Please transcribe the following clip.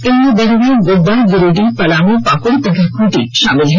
इनमें गढ़वा गोड्डा गिरिडीह पलामू पाकुड़ तथा खूंटी शामिल हैं